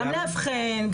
גם לאבחן,